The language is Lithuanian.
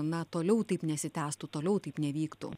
na toliau taip nesitęstų toliau taip nevyktų